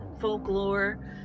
folklore